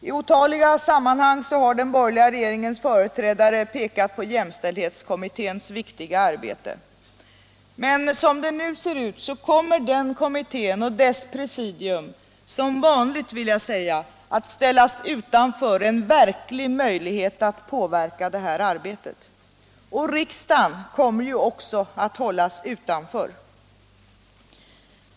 I otaliga sammanhang har den borgerliga regeringens företrädare pekat på jämställdhetskommitténs viktiga arbete. Men som det nu ser ut kommer den kommittén och dess presidium — som vanligt, vill jag säga — att ställas utanför en verklig möjlighet att påverka arbetet. Och riksdagen kommer ju också att hållas utanför.